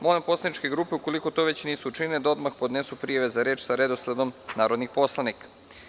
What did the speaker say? Molim poslaničke grupe, ukoliko to nisu učinile, da odmah podnesu prijave za reč sa redosledom narodnih poslanika.